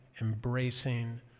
embracing